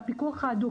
והפיקוח ההדוק,